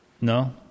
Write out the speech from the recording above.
No